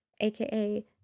aka